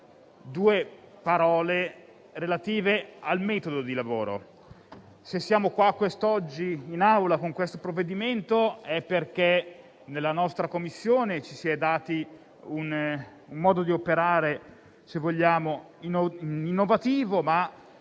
due parole relative al metodo di lavoro. Se siamo in Aula con questo provvedimento è perché nella nostra Commissione ci si è dati un modo di operare innovativo, se